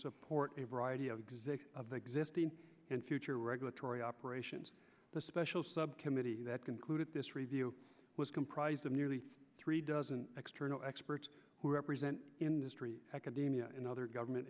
support a variety of existing of existing and future regulatory operations the special subcommittee that concluded this review was comprised of nearly three dozen external experts who represent industry academia and other government